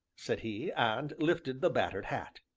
said he, and lifted the battered hat.